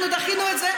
דחינו את זה.